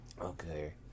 Okay